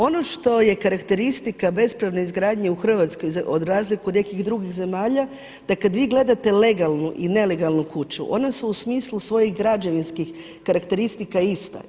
Ono što je karakteristika bespravne izgradnje u Hrvatskoj za razliku od nekih drugih zemalja da kada vi gledate legalnu i nelegalnu kuću one su u smislu svojih građevinskih karakteristika ista.